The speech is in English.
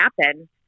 happen